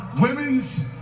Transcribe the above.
women's